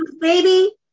baby